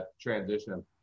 transition